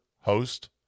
host